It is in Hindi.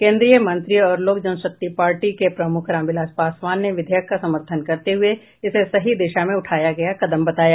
केन्द्रीय मंत्री और लोक जनशक्ति पार्टी के प्रमुख रामविलास पासवान ने विधेयक का समर्थन करते हुए इसे सही दिशा में उठाया गया कदम बताया